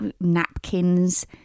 napkins